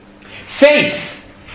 faith